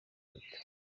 leta